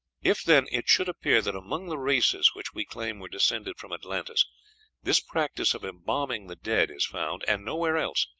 if, then, it should appear that among the races which we claim were descended from atlantis this practice of embalming the dead is found, and nowhere else,